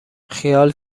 خیال